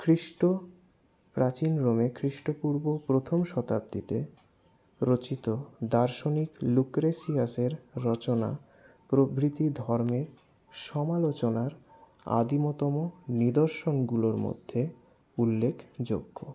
খ্রিষ্ট প্রাচীন রোমে খ্রিস্টপূর্ব প্রথম শতাব্দীতে রচিত দার্শনিক লুক্রেশিয়াসের রচনা প্রভৃতি ধর্মের সমালোচনার আদিমতম নিদর্শনগুলোর মধ্যে উল্লেখযোগ্য